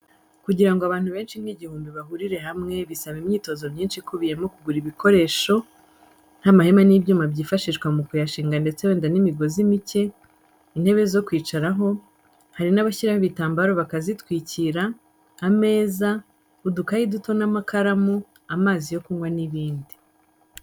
Kugira ngo abantu benshi nk'igihumbi bahurire hamwe bisaba imyiteguro myinshi ikubuyemo kugura ibikoresho, nk'amahema n'ibyuma byifashishwa mu kuyashinga ndetse wenda n'imigozi mike, intebe zo kwicaraho, hari n'abashyiraho ibitambaro bakazitwikira, ameza, udukayi duto n'amakaramu, amazi yo kunywa n'ibindi.